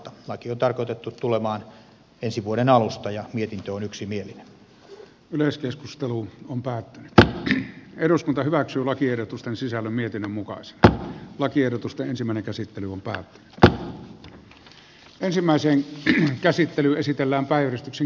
laki on tarkoitettu tulemaan voimaan ensi vuoden alusta ja mietintö on päättänyt taakseen eduskunta hyväksyy lakiehdotusten sisällön mietinnön mukaan sitä lakiehdotusta ja se meneekö sitten humpan ja länsimaiseen käsittelyyn esitellään yksimielinen